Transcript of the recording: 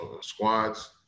squads